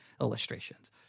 illustrations